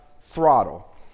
throttle